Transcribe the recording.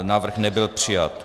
Návrh nebyl přijat.